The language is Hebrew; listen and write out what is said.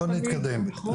בוא נתקדם,